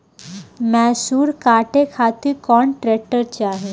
मैसूर काटे खातिर कौन ट्रैक्टर चाहीं?